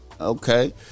Okay